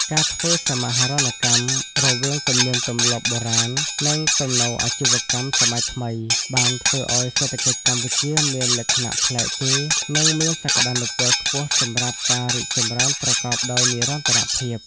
ការធ្វើសមាហរណកម្មរវាងទំនៀមទម្លាប់បុរាណ និងទំនោរអាជីវកម្មសម័យថ្មី បានធ្វើឱ្យសេដ្ឋកិច្ចកម្ពុជាមានលក្ខណៈប្លែកគេ និងមានសក្តានុពលខ្ពស់សម្រាប់ការរីកចម្រើនប្រកបដោយនិរន្តរភាព។